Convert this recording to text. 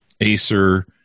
Acer